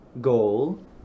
goal